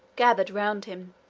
gathered round him,